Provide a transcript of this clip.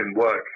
work